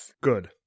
Good